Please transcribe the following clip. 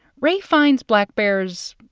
rae finds black bears,